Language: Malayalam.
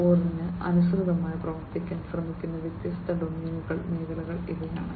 0 ന് അനുസൃതമായി പ്രവർത്തിക്കാൻ ശ്രമിക്കുന്ന വ്യത്യസ്ത ഡൊമെയ്നുകൾ മേഖലകൾ ഇവയാണ്